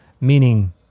Meaning